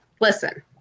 Listen